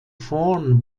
vorn